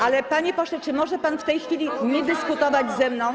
Ale panie pośle, czy może pan w tej chwili nie dyskutować ze mną?